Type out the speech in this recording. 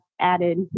added